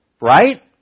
right